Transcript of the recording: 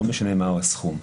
לא משנה מהו הסכום.